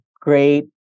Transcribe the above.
great